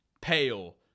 pale